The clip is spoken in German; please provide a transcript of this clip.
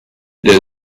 der